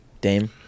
Dame